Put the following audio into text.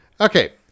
Okay